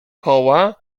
koła